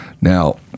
now